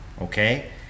okay